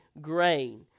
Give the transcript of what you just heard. grain